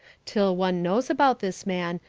till one knows about this man,